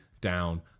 down